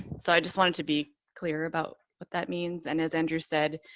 so i just wanted to be clear about what that means. and as andrew said